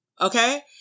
okay